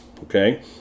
okay